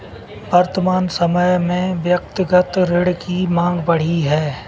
वर्तमान समय में व्यक्तिगत ऋण की माँग बढ़ी है